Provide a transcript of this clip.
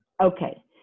Okay